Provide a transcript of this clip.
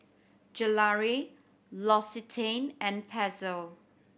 Gelare L'Occitane and Pezzo